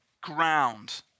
ground